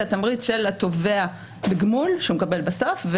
התמריץ של התובע בגמול שהוא מקבל בסוף,